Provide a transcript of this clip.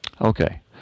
Okay